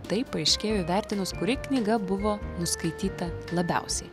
tai paaiškėjo įvertinus kuri knyga buvo nuskaityta labiausiai